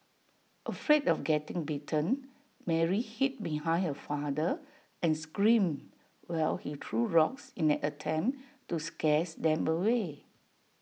afraid of getting bitten Mary hid behind her father and screamed while he threw rocks in an attempt to scares them away